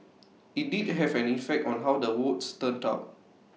IT did have an effect on how the votes turned out